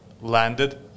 landed